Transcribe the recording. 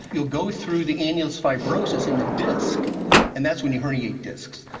you will go through the annulus fibrosus in the disc and that's when you herniate discs.